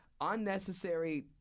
unnecessary